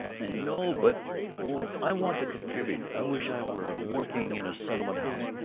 i know, but oh, i want to contribute i wish i were working in a settlement-house.